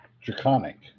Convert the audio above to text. Draconic